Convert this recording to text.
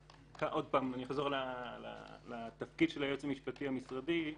אני אחזור לתפקיד של היועץ המשפטי המשרדי.